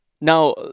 Now